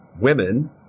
women